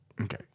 Okay